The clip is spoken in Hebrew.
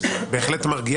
שזה בהחלט מרגיע